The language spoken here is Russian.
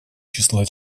числа